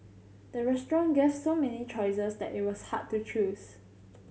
the restaurant gave so many choices that it was hard to choose